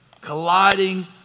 colliding